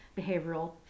Behavioral